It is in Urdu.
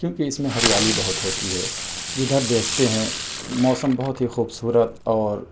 کیونکہ اِس میں ہریالی بہت ہوتی ہے جدھر دیکھتے ہیں موسم بہت ہی خوبصورت اور